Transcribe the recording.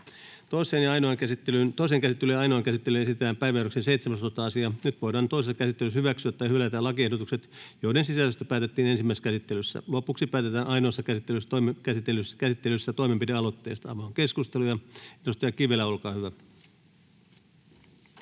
Toiseen käsittelyyn ja ainoaan käsittelyyn esitellään päiväjärjestyksen 17. asia. Nyt voidaan toisessa käsittelyssä hyväksyä tai hylätä lakiehdotukset, joiden sisällöstä päätettiin ensimmäisessä käsittelyssä. Lopuksi päätetään ainoassa käsittelyssä toimenpidealoitteista. Avaan keskustelun. — Edustaja Kivelä, olkaa hyvä.